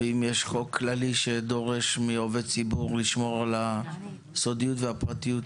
ואם יש חוק כללי שדורש מעובד ציבור לשמור על סודיות ופרטיות,